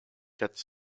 quatre